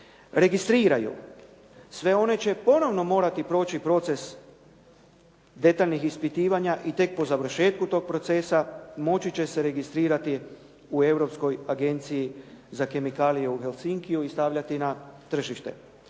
registriraju. Sve one će ponovno morati proći proces detaljnih ispitivanja i tek po završetku tog procesa moći će se registrirati u Europskoj agenciji za kemikalije u Helsinkiju i stavljati na tržište.